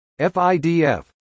FIDF